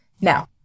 Now